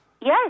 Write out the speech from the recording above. yes